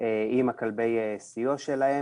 עם כלבי הסיוע שלהם,